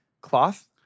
cloth